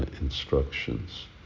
instructions